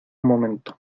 momento